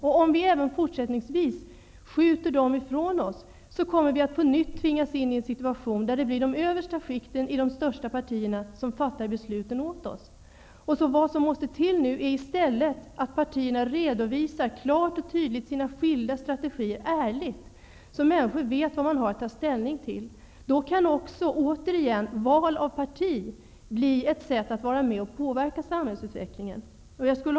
Om vi även fortsättningsvis skjuter dessa problem ifrån oss, kommer vi på nytt att tvingas in i en situation där det blir de översta skikten i de största partierna som fattar besluten åt oss. Vad som nu måste till är i stället att partierna klart och tydligt ärligt redovisar sina skilda strategier, så att människor vet vad de har att ta ställning till. Då kan val av parti återigen bli ett sätt att vara med och påverka samhällsutvecklingen.